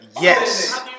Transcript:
Yes